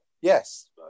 Yes